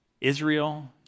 Israel